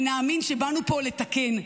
ונאמין שבאנו לפה לתקן.